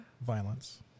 violence